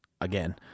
again